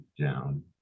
down